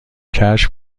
کشف